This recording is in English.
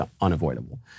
unavoidable